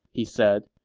he said,